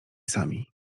sami